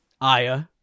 Aya